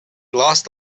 lost